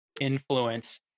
influence